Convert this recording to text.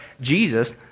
Jesus